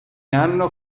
anno